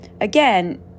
again